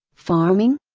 farming?